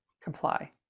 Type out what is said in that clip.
comply